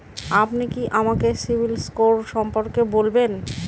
আপনি কি আমাকে সিবিল স্কোর সম্পর্কে বলবেন?